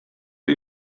but